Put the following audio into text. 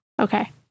Okay